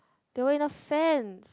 they were in a fan